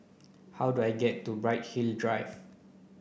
how do I get to Bright Hill Drive